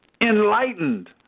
Enlightened